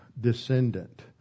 descendant